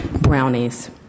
brownies